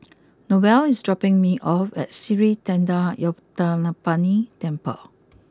Noel is dropping me off at Sri Thendayuthapani Temple